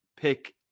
pick